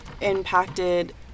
impacted